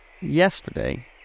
Yesterday